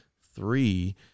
three